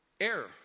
Error